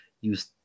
use